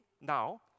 now